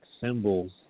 symbols